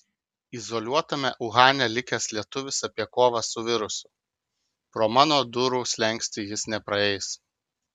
izoliuotame uhane likęs lietuvis apie kovą su virusu pro mano durų slenkstį jis nepraeis